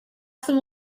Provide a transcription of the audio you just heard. some